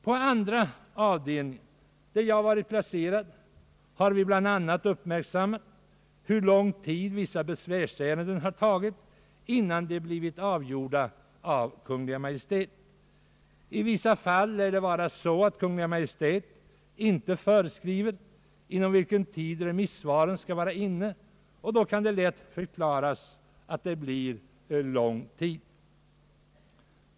På andra avdelningen, där jag varit placerad, har vi bl.a. uppmärksammat hur lång tid vissa besvärsärenden tagit innan de blivit avgjorda av Kungl. Maj:t. I vissa fall lär det vara så att Kungl. Maj:t inte föreskriver inom vilken tid remissvaren skall vara inne; och då kan de långa dröjsmålen lätt förklaras.